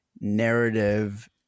narrative